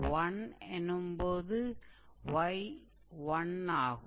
𝑥 1 என்னும் போது 𝑦 1 ஆகும்